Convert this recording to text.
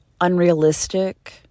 unrealistic